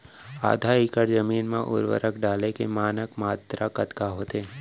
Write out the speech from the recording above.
आधा एकड़ जमीन मा उर्वरक डाले के मानक मात्रा कतका होथे?